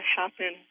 happen